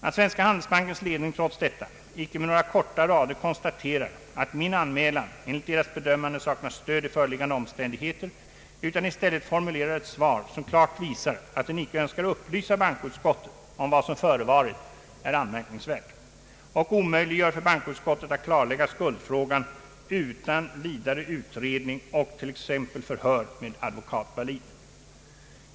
Att Svenska Handelsbankens ledning trots detta icke med några korta rader konstaterar att min anmälan enligt deras bedömande saknar stöd i föreliggande omständigheter, utan i stället formulerar ett svar, som klart visar, att den icke önskar upplysa Bankoutskot tet om vad som förevarit är anmärkningsvärt, och omöjliggör för Bankoutskottet att klarlägga skuldfrågan utan vidare utredning och t.ex. förhör med Advokat Wallin.